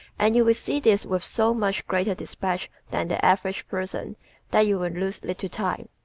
and you will see this with so much greater dispatch than the average person that you will lose little time.